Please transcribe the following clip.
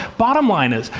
bottom line is,